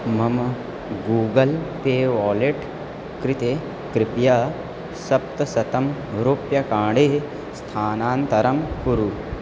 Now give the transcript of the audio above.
मम Google Pay wallet कृते कृपया सप्तशतं रूप्यकाणि स्थानान्तरं कुरु